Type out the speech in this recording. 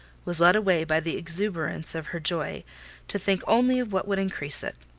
was led away by the exuberance of her joy to think only of what would increase it.